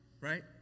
right